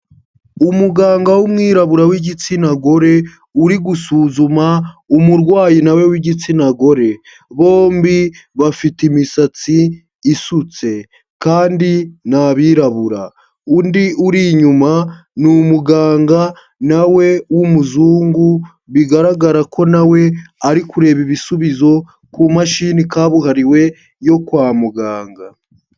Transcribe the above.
Umuganga w'umwirabura w'igitsina gore, uri gusuzuma umurwayi nawe w'igitsina gore. Bombi bafite imisatsi isutse kandi ni abirabura. Undi uri inyuma ni umuganga nawe w'umuzungu, bigaragara ko nawe ari kureba ibisubizo ku mashini kabuhariwe yo kwa muganga.